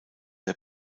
der